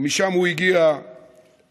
ומשם הוא הגיע למפכ"לות,